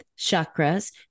chakras